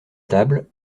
table